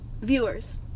viewers